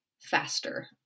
faster